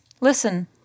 Listen